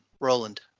Roland